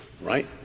right